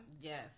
yes